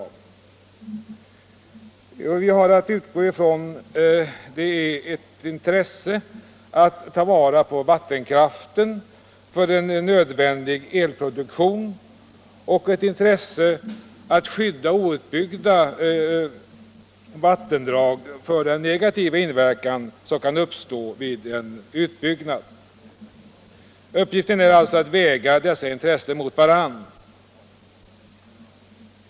Vad vi har att utgå från är ett accepterat intresse av att ta vara på vattenkraften för en nödvändig elproduktion och ett lika accepterat intresse av att skydda outbyggda vattendrag mot den negativa inverkan som kan uppstå vid en utbyggnad. Uppgiften är alltså att väga dessa intressen mot varandra.